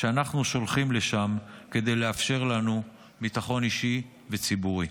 שאנחנו שולחים לשם כדי לאפשר לנו ביטחון אישי וציבורי.